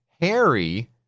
Harry